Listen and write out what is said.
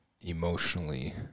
emotionally